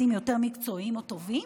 שופטים יותר מקצועיים וטובים